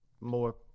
more